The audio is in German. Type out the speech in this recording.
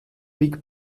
big